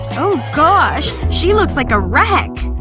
oh gosh. she looks like a wreck.